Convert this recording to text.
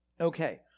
Okay